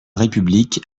république